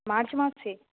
March মাসে